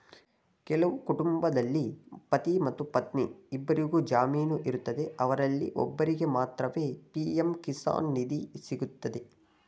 ಕೆಲವು ಕುಟುಂಬದಲ್ಲಿ ಪತಿ ಮತ್ತು ಪತ್ನಿ ಇಬ್ಬರಿಗು ಜಮೀನು ಇರ್ತದೆ ಅವರಲ್ಲಿ ಒಬ್ಬರಿಗೆ ಮಾತ್ರವೇ ಪಿ.ಎಂ ಕಿಸಾನ್ ನಿಧಿ ಸಿಗ್ತದೆ